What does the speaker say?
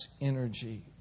energy